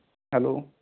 hello